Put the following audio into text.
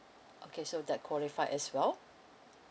okay so that qualified as well